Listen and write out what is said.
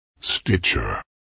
Stitcher